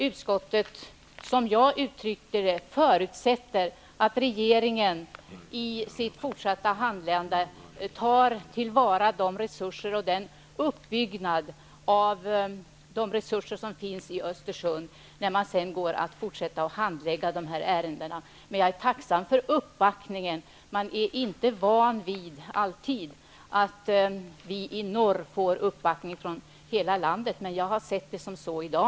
Utskottet förutsätter helt enkelt, som jag uttryckte det, att regeringen i sitt fortsatta handlande tar till vara de resurser och den uppbyggnad av de resurser som finns i Östersund när man skall fortsätta att handlägga de här ärendena. Jag är tacksam för uppbackningen; vi i norr är inte vana vid att få uppbackning från hela landet. Jag ser det så att vi har fått det i dag.